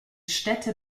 städte